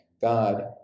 God